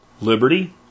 liberty